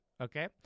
Okay